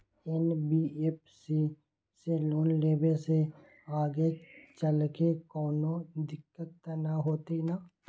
NBFC से loan लेबे से आगेचलके कौनो दिक्कत त न होतई न?